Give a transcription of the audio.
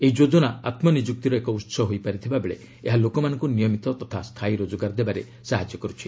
ଏହି ଯୋକନା ଆତ୍କନିଯୁକ୍ତିର ଏକ ଉତ୍ସ ହୋଇପାରିଥିବା ବେଳେ ଏହା ଲୋକମାନଙ୍କୁ ନିୟମତ ତଥା ସ୍ଥାୟୀ ରୋଜଗାର ଦେବାରେ ସାହାଯ୍ୟ କରୁଛି